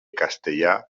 castellar